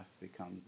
becomes